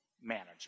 manager